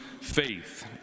faith